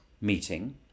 meeting